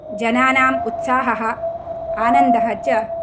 जनानाम् उत्साहः आनन्दः च